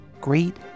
great